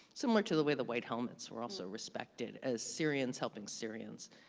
similar to the way the white helmets were also respected as syrians helping syrians,